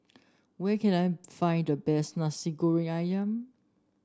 where can I find the best Nasi Goreng ayam